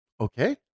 Okay